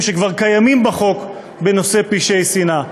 שכבר קיימים בחוק בנושא פשעי שנאה.